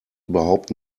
überhaupt